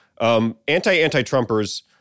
Anti-anti-Trumpers